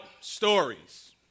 stories